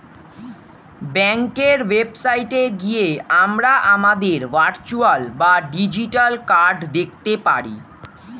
ব্যাঙ্কের ওয়েবসাইটে গিয়ে আমরা আমাদের ভার্চুয়াল বা ডিজিটাল কার্ড দেখতে পারি